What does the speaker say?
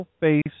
face